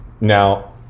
Now